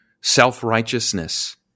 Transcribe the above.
self-righteousness